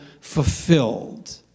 fulfilled